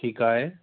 ठीकु आहे